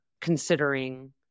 considering